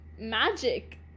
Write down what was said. magic